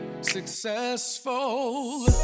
successful